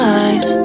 eyes